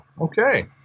Okay